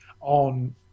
on